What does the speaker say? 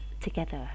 together